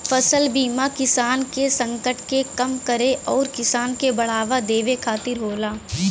फसल बीमा किसान के संकट के कम करे आउर किसान के बढ़ावा देवे खातिर होला